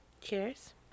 Cheers